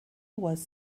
was